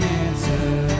answer